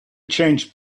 change